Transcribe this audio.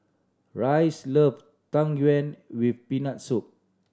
Reyes love Tang Yuen with Peanut Soup